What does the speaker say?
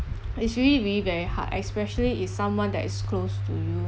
it's really really very hard especially if someone that is close to you